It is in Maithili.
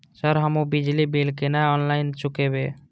सर हमू बिजली बील केना ऑनलाईन चुकेबे?